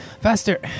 Faster